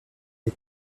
les